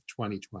2020